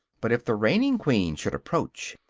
but if the reigning queen should approach,